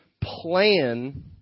plan